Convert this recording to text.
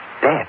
dead